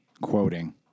quoting